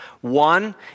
One